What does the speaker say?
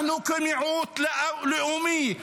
אנחנו כמיעוט לאומי,